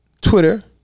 Twitter